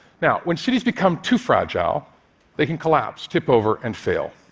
yeah when cities become too fragile they can collapse, tip over and fail.